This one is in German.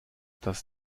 das